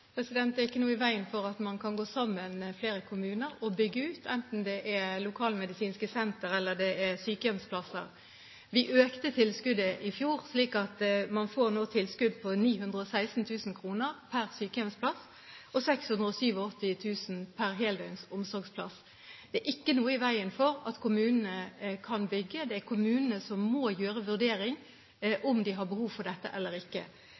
Det er ikke noe i veien for at flere kommuner kan gå sammen og bygge ut, enten det er lokalmedisinske sentre, eller det er sykehjemsplasser. Vi økte tilskuddet i fjor, slik at man nå får tilskudd på 916 000 kr per sykehjemsplass og 687 000 kr per heldøgns omsorgsplass. Det er ikke noe i veien for at kommunene kan bygge. Det er kommunene som må gjøre en vurdering av om de har behov for dette eller ikke.